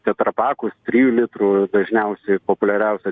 tetrapakus trijų litrų dažniausiai populiariausia